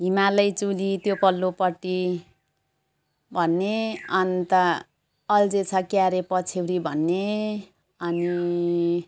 हिमालै चुली त्यो पल्लोपट्टि भन्ने अनि त अल्झेछ क्यारे पछ्यौरी भन्ने अनि